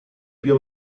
più